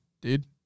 dude